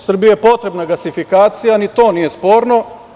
Srbiji je potrebna gasifikacija, ni to nije sporno.